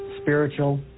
spiritual